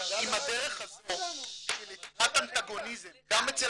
-- עם הדרך הזו של יצירת אנטגוניזם גם אצל